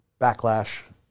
Backlash